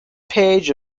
page